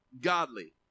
godly